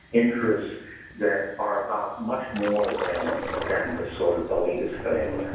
interests that are above much more than than the sort of the latest thing,